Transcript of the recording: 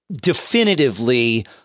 definitively